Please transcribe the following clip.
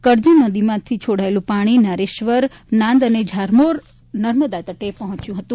કરજણ નદીમાં છોડાયેલું પાણી નારેશ્વર નાંદ જીનોર નર્મદા તટે પહોંચ્યું હતું